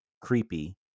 creepy